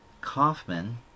Kaufman